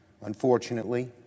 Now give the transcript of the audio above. Unfortunately